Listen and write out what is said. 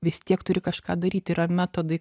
vis tiek turi kažką daryt yra metodai